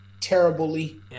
terribly